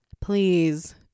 please